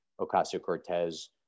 Ocasio-Cortez